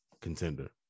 contender